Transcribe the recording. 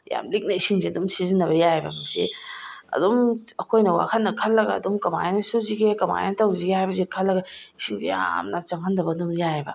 ꯌꯥꯝ ꯂꯤꯛꯅ ꯏꯁꯤꯡꯁꯦ ꯑꯗꯨꯝ ꯁꯤꯖꯤꯟꯅꯕ ꯌꯥꯏꯌꯦꯕ ꯃꯁꯤ ꯑꯗꯨꯝ ꯑꯩꯈꯣꯏꯅ ꯋꯥꯈꯜꯅ ꯈꯜꯂꯒ ꯑꯗꯨꯝ ꯀꯃꯥꯏꯅ ꯁꯨꯁꯤꯒꯦ ꯀꯃꯥꯏꯅ ꯇꯧꯁꯤꯒꯦ ꯍꯥꯏꯕꯁꯤ ꯈꯜꯂꯒ ꯏꯁꯤꯡꯁꯦ ꯌꯥꯝꯅ ꯆꯪꯍꯟꯗꯕ ꯑꯗꯨꯝ ꯌꯥꯏꯌꯦꯕ